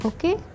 Okay